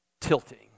tilting